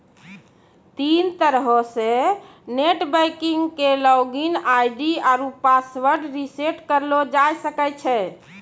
तीन तरहो से नेट बैंकिग के लागिन आई.डी आरु पासवर्ड रिसेट करलो जाय सकै छै